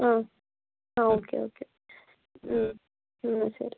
ആ ആ okay okay ഉം എന്നാൽ ശരി